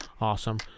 Awesome